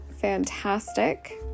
fantastic